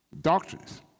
doctrines